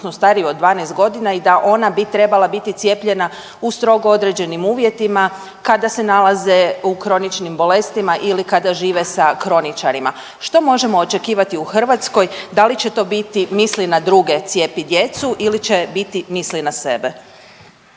stariju od 12 godina i da ona bi trebala biti cijepljena u strogo određenim uvjetima kada se nalaze u kroničnim bolestima ili kada žive sa kroničarima. Što možemo očekivati u Hrvatskoj da li će to biti „Misli na druge, cijepi djecu!“ ili će biti „Misli na sebe“.